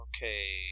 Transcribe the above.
Okay